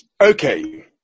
Okay